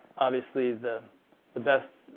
obviously the the best,